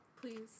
please